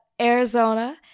Arizona